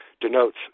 denotes